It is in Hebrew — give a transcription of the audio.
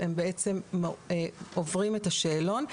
הם בעצם עוברים את השאלון.